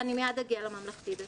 אני מיד אגיע לממלכתי דתי.